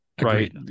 Right